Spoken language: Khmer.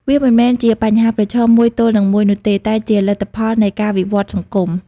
វាមិនមែនជាបញ្ហាប្រឈមមួយទល់នឹងមួយនោះទេ តែជាលទ្ធផលនៃការវិវត្តន៍សង្គម។